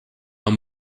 dans